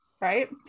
right